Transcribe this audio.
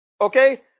Okay